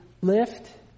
lift